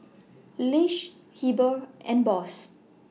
Lish Heber and Boss